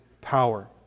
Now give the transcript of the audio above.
power